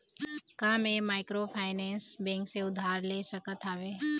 का मैं microfinance bank से उधार ले सकत हावे?